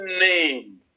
Name